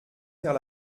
faire